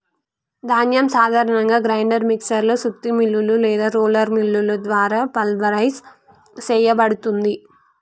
ధాన్యం సాధారణంగా grinder mixer లో సుత్తి మిల్లులు లేదా రోలర్ మిల్లుల ద్వారా పల్వరైజ్ సేయబడుతుంది